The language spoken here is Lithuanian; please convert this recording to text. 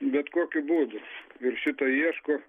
bet kokiu būdu ir šita ieško